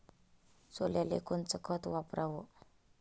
सोल्याले कोनचं खत वापराव?